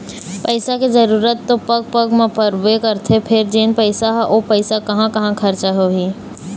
पइसा के जरूरत तो पग पग म परबे करथे फेर जेन पइसा हे ओ पइसा कहाँ कहाँ खरचा होही